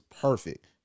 perfect